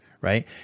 right